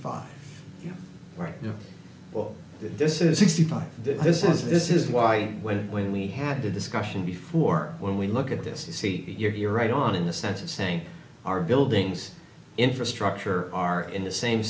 five right you know well this is the thought this is this is why when it when we had the discussion before when we look at this you see you're you're right on in the sense of saying our buildings infrastructure are in the same